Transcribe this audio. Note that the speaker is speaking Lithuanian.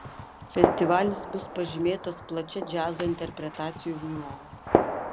festivalis bus pažymėtas plačia džiazo interpretacijų įvairove